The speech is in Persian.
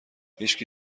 هیشکی